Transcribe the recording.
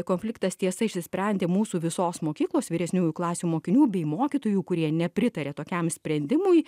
konfliktas tiesa išsisprendė mūsų visos mokyklos vyresniųjų klasių mokinių bei mokytojų kurie nepritarė tokiam sprendimui